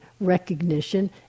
recognition